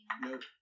Nope